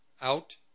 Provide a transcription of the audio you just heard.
out